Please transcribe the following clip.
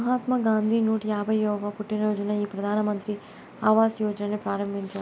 మహాత్మా గాంధీ నూట యాభైయ్యవ పుట్టినరోజున ఈ ప్రధాన్ మంత్రి ఆవాస్ యోజనని ప్రారంభించారు